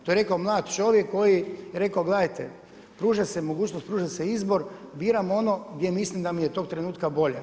To je rekao mlad čovjek koji je rekao gledajte, pruža se mogućnost, pruža se izbor, biram ono gdje mislim da mi je tog trenutka bolje.